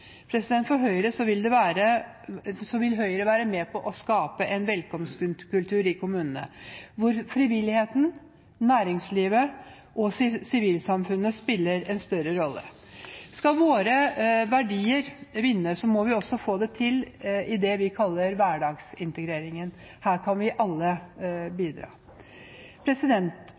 Høyre vil være med på å skape en velkomstkultur i kommunene, hvor frivilligheten, næringslivet og sivilsamfunnet spiller en større rolle. Skal våre verdier vinne, må vi også få det til i det vi kaller hverdagsintegreringen. Her kan vi alle bidra.